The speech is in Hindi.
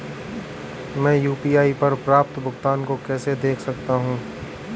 मैं यू.पी.आई पर प्राप्त भुगतान को कैसे देख सकता हूं?